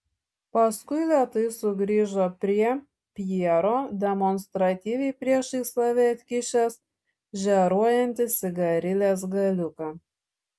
paskui lėtai sugrįžo prie pjero demonstratyviai priešais save atkišęs žėruojantį cigarilės galiuką